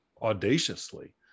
audaciously